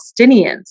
Palestinians